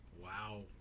Wow